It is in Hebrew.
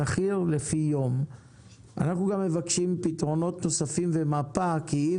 אנחנו מבקשים פתרונות נוספים ומפה כי אי